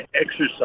exercise